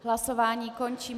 Hlasování končím.